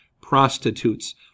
prostitutes